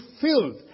filled